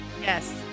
Yes